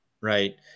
right